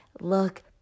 look